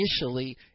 initially